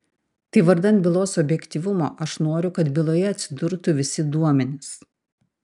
tai vardan bylos objektyvumo aš noriu kad byloje atsidurtų visi duomenys